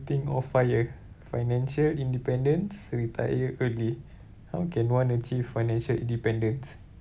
think of FIRE financial independence retire early how can one achieve financial independence